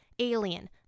Alien